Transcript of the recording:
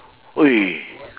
!oi!